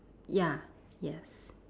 ya yes